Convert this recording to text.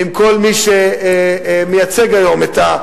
ועם כל מי שמייצג היום את,